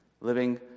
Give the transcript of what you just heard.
living